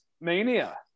mania